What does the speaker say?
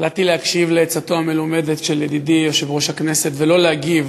החלטתי להקשיב לעצתו המלומדת של ידידי יושב-ראש הכנסת ולא להגיב